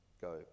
go